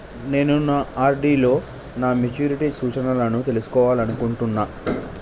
నేను నా ఆర్.డి లో నా మెచ్యూరిటీ సూచనలను తెలుసుకోవాలనుకుంటున్నా